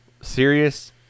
Serious